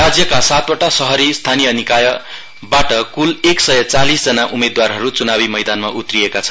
राज्यका सातवटा स्थानीय निकायबाट कूल एक सय चालीसजना उम्मेदवारहरू च्नावी मैदानमा उत्रिएका छन्